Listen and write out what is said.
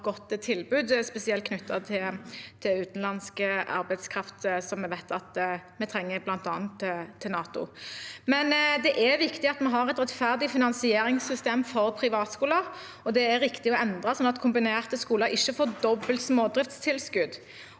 godt tilbud, spesielt knyttet til utenlandsk arbeidskraft, som vi vet at vi trenger, bl.a. til NATO. Det er viktig at vi har et rettferdig finansieringssystem for privatskoler, og det er riktig å endre det, sånn at kombinerte skoler ikke får dobbelt smådriftstilskudd.